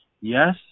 Yes